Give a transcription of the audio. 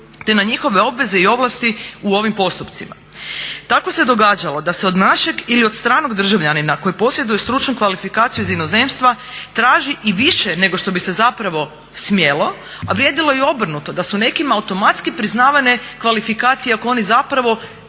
te na njihove obveze i ovlasti u ovim postupcima. Tako se događalo da se od našeg ili od stranog državljanina koji posjeduje stručnu kvalifikaciju iz inozemstva traži i više nego što bi se smjelo, a vrijedilo je i obrnuto da su nekima automatski priznavane kvalifikacije iako oni ne